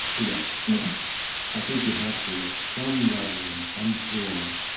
yes i think you have to, at some level, in some form,